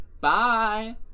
bye